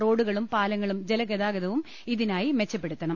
റോഡുകളും പാലങ്ങളും ജലഗതാഗതവും ഇതിനായി മെച്ചപ്പെടുത്തണം